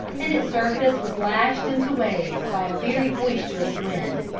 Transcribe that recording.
and its surface was lashed into waves by a very boisterous wind.